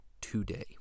today